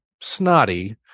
snotty